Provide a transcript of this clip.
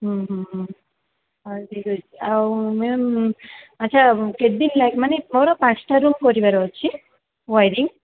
ହୁଁ ହୁଁ ହୁଁ ହଉ ଠିକ୍ ଅଛି ଆଉ ମ୍ୟାମ୍ ଆଚ୍ଛା କେତେ ଦିନ ଲାଗିବ ମାନେ ମୋର ପାଞ୍ଚଟା ରୁମ୍ କରିବାର ଅଛି ୱାରିଙ୍ଗ୍